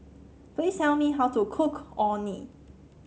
please tell me how to cook Orh Nee